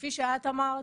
כפי שאת אמרת,